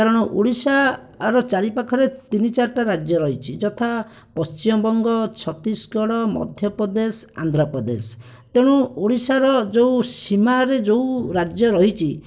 କାରଣ ଓଡ଼ିଶାର ଚାରି ପାଖରେ ତିନି ଚାରିଟା ରାଜ୍ୟ ରହିଛି ଯଥା ପଶ୍ଚିମବଙ୍ଗ ଛତିଶଗଡ଼ ମଧ୍ୟପ୍ରଦେଶ ଆନ୍ଧ୍ରପ୍ରଦେଶ ତେଣୁ ଓଡ଼ିଶାର ଯେଉଁ ସୀମାରେ ଯେଉଁ ରାଜ୍ୟ ରହିଛି